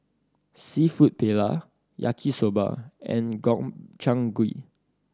Seafood Paella Yaki Soba and Gobchang Gui